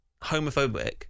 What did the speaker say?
homophobic